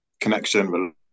connection